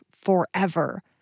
forever